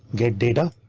get data.